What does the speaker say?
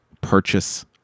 purchase